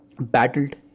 battled